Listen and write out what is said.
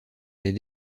les